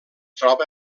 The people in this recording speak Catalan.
troba